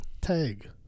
Tag